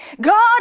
God